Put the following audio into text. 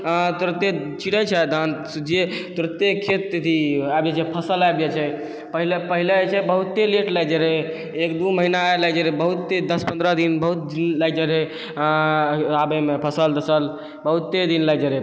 तुरते छींटै छै धान जे तुरते खेत अथी आबि जाइ फसल आबि जाइ छै पहले पहले जे छै बहुते लेट लागि जाइ रहै एक दू महीना लागि जाइ रहै बहुते दश पन्द्रह दिन बहुते लागि जाइ रहै आबैमे फसल तसल बहुते दिन लागि जाइ रहै